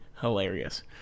hilarious